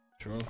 True